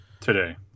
today